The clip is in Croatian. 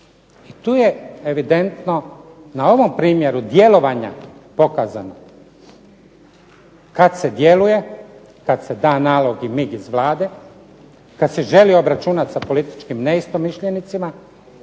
tu je evidentno na ovom primjeru djelovanja dokazano kad se djeluje, kad se da nalog i mig iz Vlade, kad se želi obračunati sa političkim neistomišljenicima,